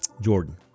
Jordan